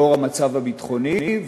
לאור המצב הביטחוני,